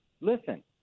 Listen